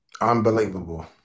Unbelievable